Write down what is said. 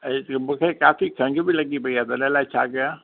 ऐं हिकु मूंखे काफी खंङ बि लॻी पई अ त हुन लाइ छा कयां